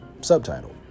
Subtitle